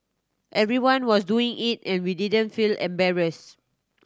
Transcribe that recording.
everyone was doing it and we didn't feel embarrassed